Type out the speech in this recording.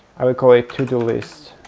i will call it todo list.